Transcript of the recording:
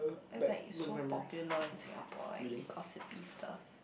it's like so popular in Singapore like gossipy stuff